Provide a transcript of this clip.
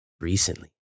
recently